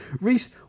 Reese